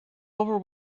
over